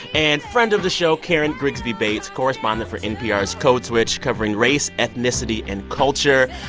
and friend of the show, karen grigsby bates, correspondent for npr's code switch covering race, ethnicity and culture.